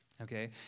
Okay